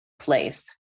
place